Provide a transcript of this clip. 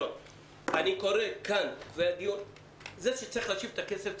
ברור שצריך להשיב את הכסף,